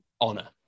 honor